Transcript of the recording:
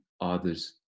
others